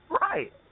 Right